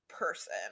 person